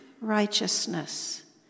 righteousness